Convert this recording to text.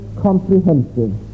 comprehensive